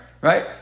right